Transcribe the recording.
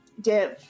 Div